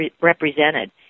represented